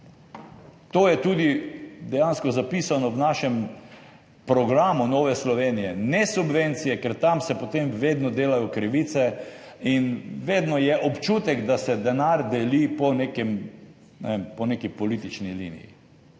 To je tudi dejansko zapisano v našem programu Nove Slovenije, ne subvencije, ker tam se potem vedno delajo krivice in vedno je občutek, da se denar deli po neki politični liniji.